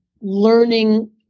learning